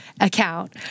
account